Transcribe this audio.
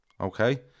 Okay